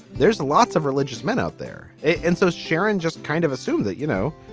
there's lots of religious men out there. and so sharon just kind of assume that, you know,